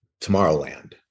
Tomorrowland